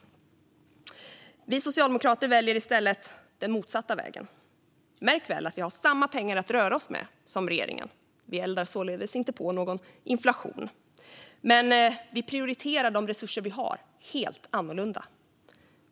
Vi socialdemokrater väljer i stället den motsatta vägen. Märk väl att vi har samma pengar att röra oss med som regeringen! Vi eldar således inte på någon inflation, men vi prioriterar de resurser som finns helt annorlunda.